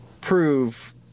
prove